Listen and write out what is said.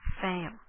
fail